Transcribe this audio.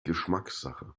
geschmackssache